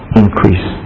increase